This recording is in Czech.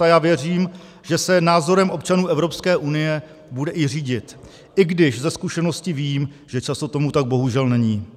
A já věřím, že se názorem občanů Evropské unie bude i řídit, i když ze zkušenosti vím, že často tomu tak bohužel není.